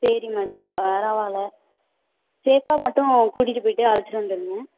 சரி மேடம் பரவாயில்ல சேஃபாக மட்டும் கூட்டிகிட்டு போய்விட்டு அழைச்சிட்டு வந்துடுங்க